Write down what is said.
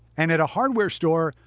and at a hardware store,